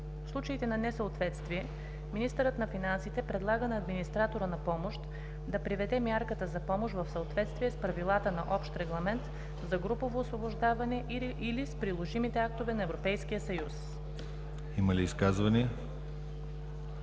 Има ли изказвания?